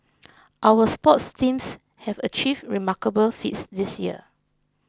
our sports teams have achieved remarkable feats this year